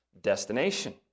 destination